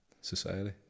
society